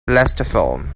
lastfm